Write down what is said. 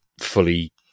fully